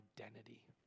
identity